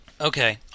Okay